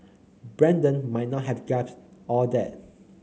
Brandon might not have grasped all that